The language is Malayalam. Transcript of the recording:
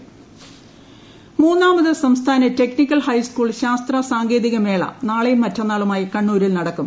ശാസ്ത്ര സാങ്കേതിക മേള മൂന്നാമത് സംസ്ഥാന ടെക്നിക്കൽ ഫൈസ്കൂൾ ശാസ്ത്ര സാങ്കേതിക മേള നാളെയും മറ്റന്നാളൂമായി കണ്ണൂരിൽ നടക്കും